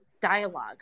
dialogue